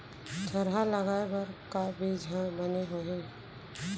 थरहा लगाए बर का बीज हा बने होही?